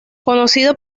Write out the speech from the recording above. conocido